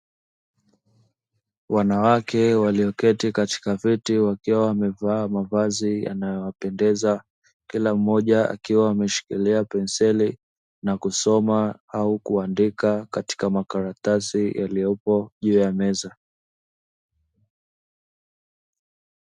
Wanawake walioketi katika viti wakiwa wamevaa mavazi yanayo wapendeza, kila mmoja akiwa ameshikilia penseli na kusoma au kuandika katika makaratasi yaliyopo juu ya meza.